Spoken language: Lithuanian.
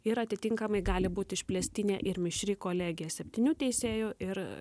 ir atitinkamai gali būti išplėstinė ir mišri kolegija septynių teisėjų ir